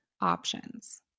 options